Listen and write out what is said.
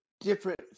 different